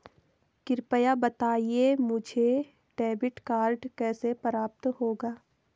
कृपया बताएँ मुझे डेबिट कार्ड कैसे प्राप्त होगा?